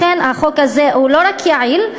לכן החוק הזה הוא לא רק יעיל,